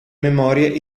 memorie